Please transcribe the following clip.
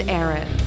Aaron